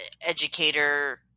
educator